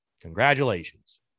Congratulations